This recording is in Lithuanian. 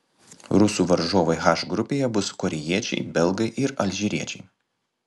rusų varžovai h grupėje bus korėjiečiai belgai ir alžyriečiai